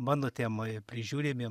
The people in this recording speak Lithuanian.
mano temoj prižiūrimiem